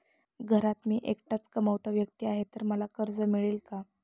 घरात मी एकटाच कमावता व्यक्ती आहे तर मला कर्ज मिळेल का?